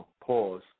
pause